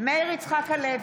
מאיר יצחק הלוי,